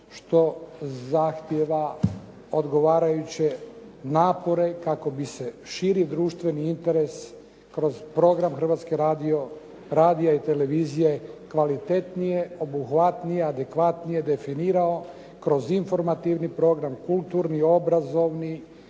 što zahtijeva odgovarajuće napore kako bi se širi društveni interes kroz program Hrvatskog radija i televizije kvalitetnije, obuhvatnije, adekvatnije definirao kroz informativni program, kulturni, obrazovni i